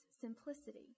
simplicity